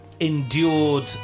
endured